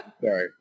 Sorry